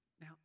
Now